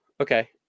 Okay